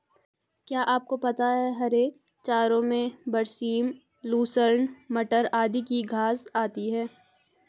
क्या आपको पता है हरे चारों में बरसीम, लूसर्न, मटर आदि की घांस आती है?